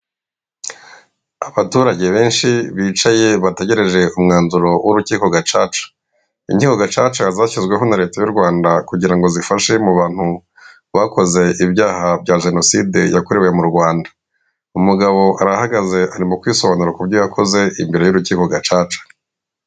Abaturage benshi bicaye bategereje mwanzuro w'urukiko gacaca, inkiko gacaca zashyizweho na leta y'u Rwanda kugira ngo zifashe mu bantu bakoze ibyaha bya jenoside yakorewe mu Rwanda, umugabo arahagaze arimo kwisobanura kubyo yakoze imbere y'urukiko gacaca.